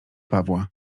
pawła